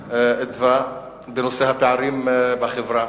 "מרכז אדוה" בנושא הפערים בחברה.